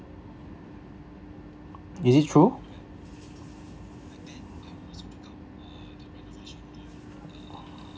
is it true